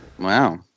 Wow